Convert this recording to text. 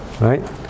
right